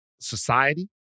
society